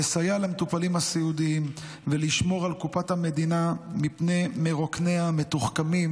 לסייע למטופלים הסיעודיים ולשמור על קופת המדינה מפני מרוקניה המתוחכמים